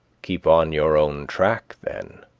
keep on your own track, then.